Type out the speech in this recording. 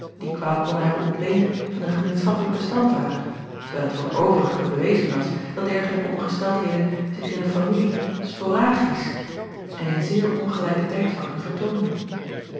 die kwaal konnen hebben ontleend van een gemeenschappelijken stamvader terwijl het voor t overige bewezen was dat dergelijke ongesteldheden zich in een familie sporagiesch en in zeer ongelijke tijdvakken vertoonden